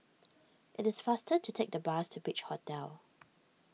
it is faster to take the bus to Beach Hotel